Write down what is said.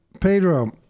Pedro